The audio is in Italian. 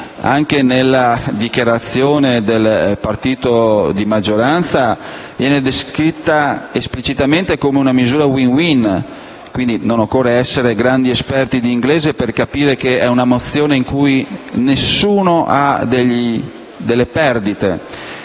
anche dalla dichiarazione del partito di maggioranza, viene descritta esplicitamente come una misura *win-win*, quindi non occorre essere grandi esperti di inglese per capire che è una mozione che non comporterà perdite